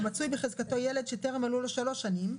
ומצוי בחזקתו ילד שטרם מלאו לו 3 שנים,